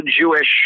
Jewish